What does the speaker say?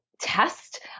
test